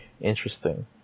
interesting